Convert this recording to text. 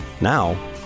Now